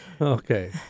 Okay